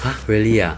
!huh! really ah